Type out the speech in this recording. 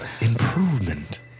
Improvement